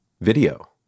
video